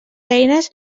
eines